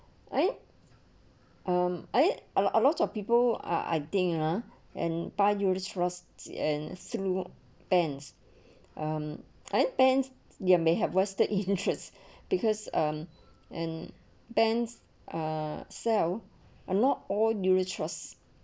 eh um eh a lot of people ah I think ah and buy unit trusts and some banks um I think banks they may have vested interests because um and banks uh sell or not all your trust